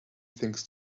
things